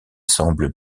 semble